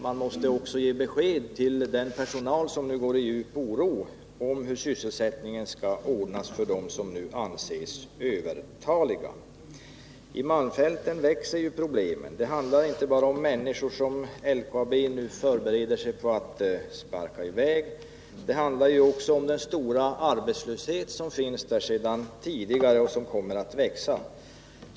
Man måste också ge besked till den personal som nu hyser djup oro över hur sysselsättningen skall ordnas för dem som anses övertaliga. I malmfälten växer problemen. Det handlar inte bara om de människor som LKAB nu förbereder sig på att sparka i väg — det handlar också om den stora arbetslöshet som finns där sedan tidigare och som kommer att växa.